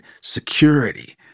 security